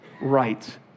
right